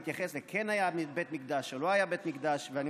להתייחס אליהם: כן היה בית מקדש או לא היה בית מקדש,